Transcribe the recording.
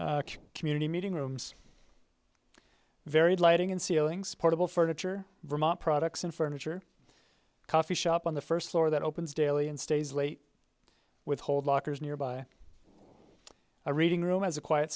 access community meeting rooms varied lighting and ceilings portable furniture vermont products and furniture a coffee shop on the first floor that opens daily and stays late with hold lockers nearby a reading room has a quiet